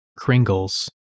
Kringles